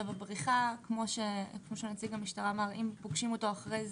הבריחה כאמור, אם פוגשים אותו אחרי זה,